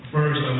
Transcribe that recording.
First